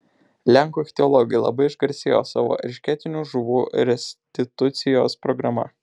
lenkų ichtiologai labai išgarsėjo savo eršketinių žuvų restitucijos programa